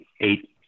eight